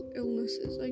illnesses